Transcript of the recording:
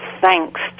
thanks